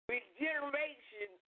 Regeneration